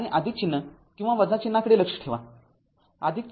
आणि चिन्ह किंवा चिन्हाकडे लक्ष ठेवा